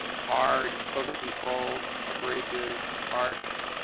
hard, over controlled, abrasive, harsh.